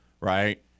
right